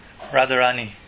Radharani